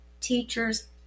teachers